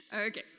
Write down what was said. Okay